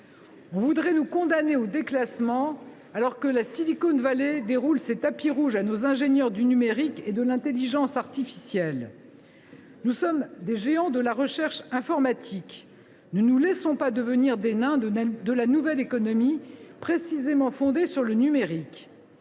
On voudrait nous condamner au déclassement, alors que la Silicon Valley déroule le tapis rouge à nos ingénieurs du numérique et de l’intelligence artificielle. Nous sommes des géants de la recherche informatique ; ne nous laissons pas aller à devenir des nains de la nouvelle économie, laquelle est précisément fondée sur le numérique.